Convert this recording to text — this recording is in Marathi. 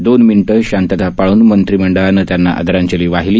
दोन मिनीट शांतता पाळून मंत्रिमंडळानं त्यांना आदरांजली वाहिली